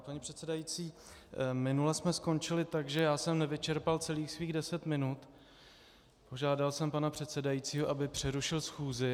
Paní předsedající, minule jsme skončili tak, že jsem nevyčerpal celých svých deset minut, žádal jsem pana předsedajícího, aby přerušil schůzi.